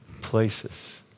places